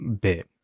bit